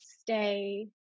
stay